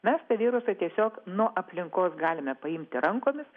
mes tą virusą tiesiog nuo aplinkos galime paimti rankomis